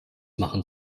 machen